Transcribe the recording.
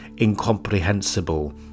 incomprehensible